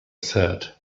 said